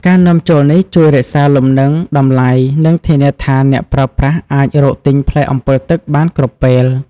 ការនាំចូលនេះជួយរក្សាលំនឹងតម្លៃ និងធានាថាអ្នកប្រើប្រាស់អាចរកទិញផ្លែអម្ពិលទឹកបានគ្រប់ពេល។